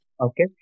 Okay